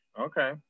Okay